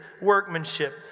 workmanship